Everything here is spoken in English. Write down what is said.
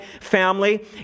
family